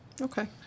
Okay